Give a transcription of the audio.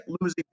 losing